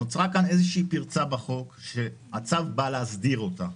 נוצרה כאן איזושהי פרצה בחוק והצו בא להסדיר אותה.